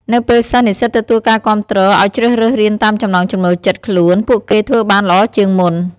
នៅពេលសិស្សនិស្សិតទទួលការគាំទ្រឲ្យជ្រើសរើសរៀនតាមចំណង់ចំណូលចិត្តខ្លួន ពួកគេធ្វើបានល្អជាងមុន។